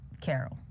Carol